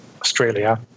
Australia